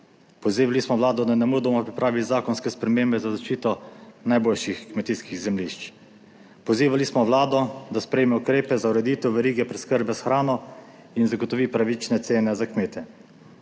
Pozivali smo Vlado, naj nemudoma pripravi zakonske spremembe za zaščito najboljših kmetijskih zemljišč. Pozivali smo Vlado, da sprejme ukrepe za ureditev verige preskrbe s hrano in zagotovi pravične cene za kmete.